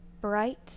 bright